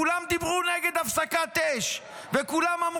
וכולם דיברו נגד הפסקת האש,